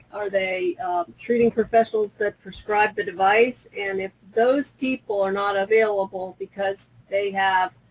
are they treating professionals that prescribe the device? and if those people are not available because they have